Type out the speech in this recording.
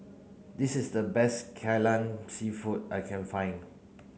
this is the best Kai Lan seafood I can find